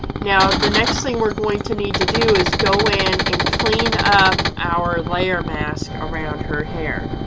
now the next thing we're going to need to do is go in and clean up our layer mask around her hair.